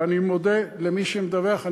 ואני מודה למי שמדווח.